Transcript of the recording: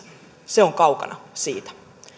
se on kaukana siitä